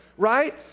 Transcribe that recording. right